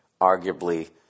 arguably